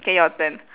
K your turn